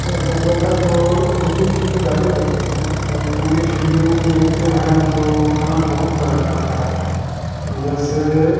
अरे हम लोग का तो हिन्दी फिलिम ज़्यादा देखते हैं और हिन्दी फिलिम देखते है तो गाने बहुत तरह के आते हैं जैसे